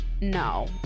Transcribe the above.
No